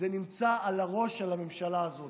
זה נמצא על הראש של הממשלה הזאת,